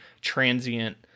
transient